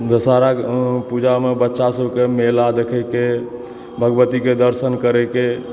दसहरा पूजा मे बच्चा सबके मेला देख़य के भगवती के दर्शन करय के